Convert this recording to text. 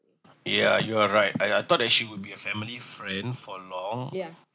yeah you are right I I thought that she would be a family friend for long